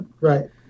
Right